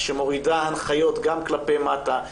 שמורידה הנחיות גם כלפי מטה,